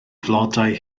flodau